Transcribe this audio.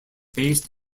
based